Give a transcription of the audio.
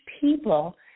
people